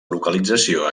localització